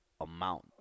amount